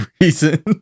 reason